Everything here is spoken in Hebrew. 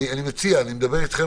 אני חושבת שאם אנחנו